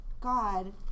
God